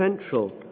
central